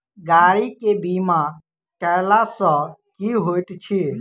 गाड़ी केँ बीमा कैला सँ की होइत अछि?